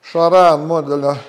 sharan modelio